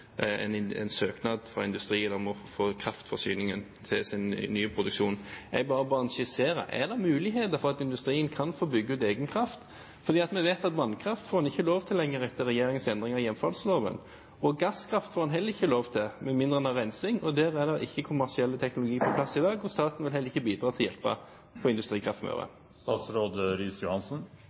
en søknad fra industrien om å få kraftforsyning til sin nye produksjon, jeg bare ba ham skissere om det er muligheter for at industrien kan få bygge ut egen kraft. For vi vet at vannkraft får en ikke lov til å bygge ut lenger, etter regjeringens endring av hjemfallsloven, og heller ikke gasskraft, med mindre en har rensing, og der er det ikke kommersiell teknologi på plass i dag , og staten vil heller ikke bidra til å hjelpe